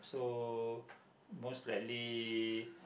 so most likely